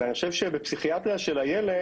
ואני חושב שבפסיכיאטריה של הילד,